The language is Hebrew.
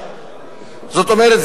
זאת אומרת,